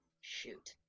shoot